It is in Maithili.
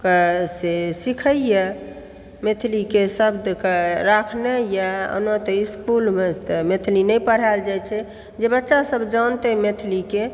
के से सिखैया मैथिलीके शब्दके राखनेया ओना तऽ इसकुलमे मैथिली नहि पढ़ायल जाइ छै जे बच्चा सब जानतै मैथिलीके